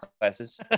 classes